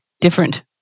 different